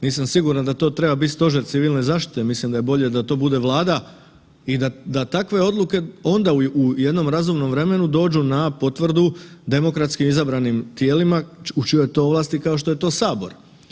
Nisam siguran da to treba biti Stožer civilne zaštite, mislim da je bolje da to bude Vlada i da takve odluke onda u jednom razumnom vremenu dođu na potvrdu demokratski izabranim tijelima u čijoj je to ovlasti, kao što je to Sabor.